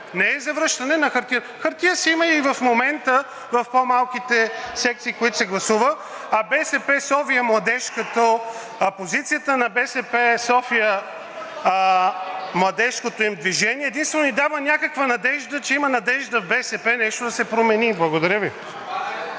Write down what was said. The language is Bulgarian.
не е завръщане на хартията. Хартия си има и в момента в по-малките секции, в които се гласува. А позицията на БСП – София, младежкото им движение, единствено ни дава някаква надежда, че има надежда в БСП нещо да се промени. Благодаря Ви.